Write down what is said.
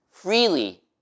freely